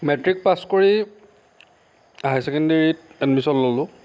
matric pass কৰি high ছেকেণ্ডেৰীত admission ল'লোঁ